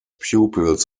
pupils